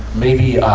maybe, yeah